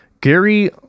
Gary